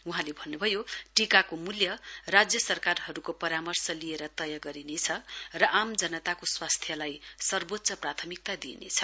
वहाँले भन्नुभयो टीकाको मूल्य राज्य सरकारहरूको परामर्श लिएर तय गरिनेछ र आम जनताको स्वास्थ्यलाई सर्वोच्च प्राथमिकता दिइनेछ